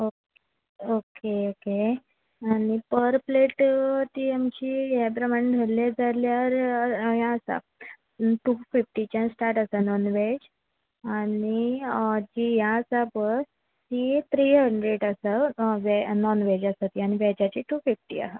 okay okay आनी पर plate ती आमची हे प्रमाणे धरले जाल्यार हें आसा टू फिफ्टीच्यान स्टाट आसा नॉन वॅज आनी जी हें आसा पळय ती थ्री हंड्रेड आसा नॉन वॅज आसा ती आनी वॅजाची टू फिफ्टी आसा